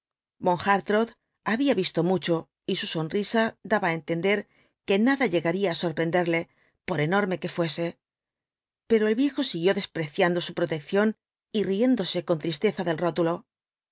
hartrott había visto mucho y su sonrisa daba á entender que nada llegaría á sorprenderle por enorme que fuese pero el viejo siguió despreciando su protección y riéndose con tristeza del rútulo qué